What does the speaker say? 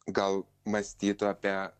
gal mąstytų apie